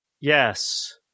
Yes